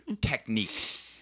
techniques